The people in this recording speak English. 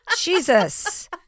Jesus